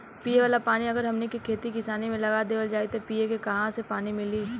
पिए वाला पानी अगर हमनी के खेती किसानी मे लगा देवल जाई त पिए के काहा से पानी मीली